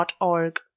org